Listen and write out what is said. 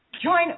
join